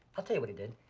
i'll tell you what he did,